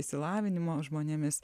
išsilavinimo žmonėmis